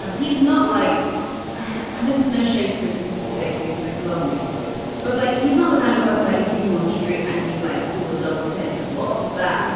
he's not like and this is no shade to mr. sudeikis. it was lovely but like he's not the kind of person that you see him on the street. are you like do a double take. like what was that.